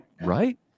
right